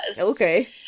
Okay